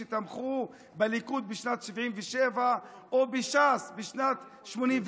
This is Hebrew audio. שתמכו בליכוד משנת 1977 או בש"ס משנת 1984,